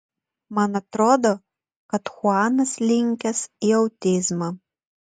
man atrodo kad chuanas linkęs į autizmą